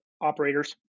operators